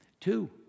Two